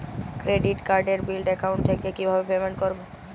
Credit কার্ডের bill account থেকে কিভাবে পেমেন্ট করবো?